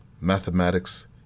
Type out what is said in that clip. mathematics